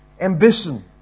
ambition